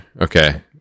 Okay